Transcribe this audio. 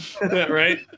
Right